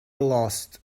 lost